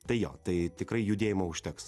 tai jo tai tikrai judėjimo užteks